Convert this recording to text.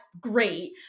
great